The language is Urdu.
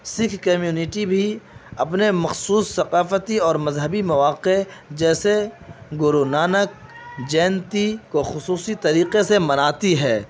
سکھ کمیونٹی بھی اپنے مخصوص ثقافتی اور مذہبی مواقع جیسے گرونانک جینتی کو خصوصی طریقے سے مناتی ہے